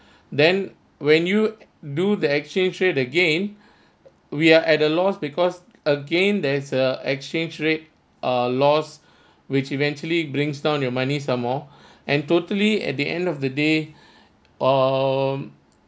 then when you do the exchange rate again we are at the loss because again there is a exchange rate uh laws which eventually brings down your money some more and totally at the end of the day um